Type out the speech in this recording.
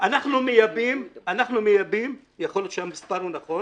אנחנו מייבאים יכול להיות שהמספר הוא נכון